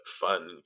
fun